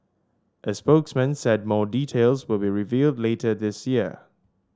a spokesman said more details will be revealed later this year